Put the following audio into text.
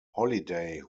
holliday